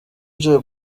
vya